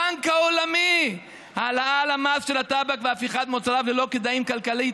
הבנק העולמי: העלאת המס על הטבק והפיכת מוצריו ללא כדאיים כלכלית